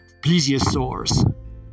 Plesiosaurs